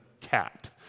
cat